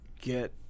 get